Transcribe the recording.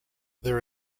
there